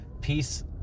peace